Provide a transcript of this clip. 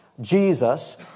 Jesus